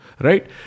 right